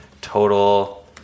total